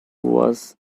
was